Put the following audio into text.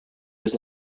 was